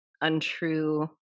untrue